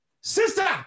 sister